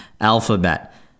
Alphabet